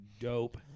dope